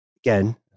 again